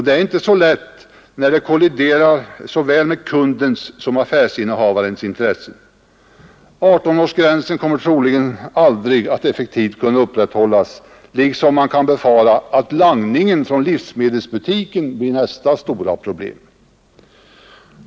Det är inte så lätt när det kolliderar såväl med kundens som affärsinnehavarens intressen. 18-årsgränsen kommer således troligen aldrig att effektivt kunna upprätthållas, liksom man kan befara att langningen från livsmedelsbutiken blir nästa stora problem.